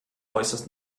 äußerst